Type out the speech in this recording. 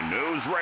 News